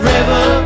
River